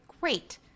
great